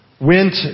went